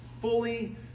fully